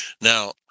now